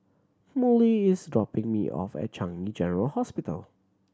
Mollie is dropping me off at Changi General Hospital